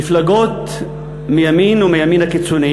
מפלגות מהימין ומהימין הקיצוני